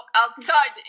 outside